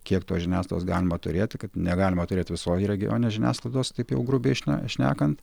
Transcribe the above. kiek tos žiniasklaidos galima turėti kad negalima turėti visoj regioninės žiniasklaidos taip jau grubiai šne šnekant